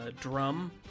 drum